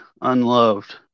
unloved